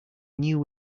new